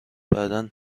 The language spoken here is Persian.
بعدا